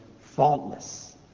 faultless